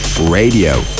Radio